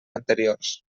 anteriors